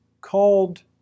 called